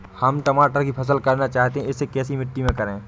हम टमाटर की फसल करना चाहते हैं इसे कैसी मिट्टी में करें?